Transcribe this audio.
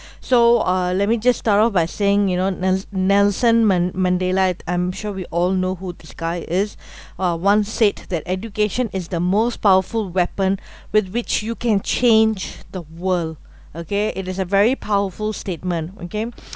so uh let me just start off by saying you know nel~ nelson man~ mandela I'm sure we all know who this guy is uh one said that education is the most powerful weapon with which you can change the world okay it is a very powerful statement okay